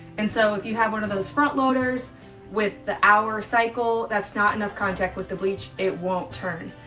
and so if you have one of those front loaders with the hour cycle, that's not enough contact with the bleach. it won't turn.